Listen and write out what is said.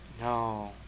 No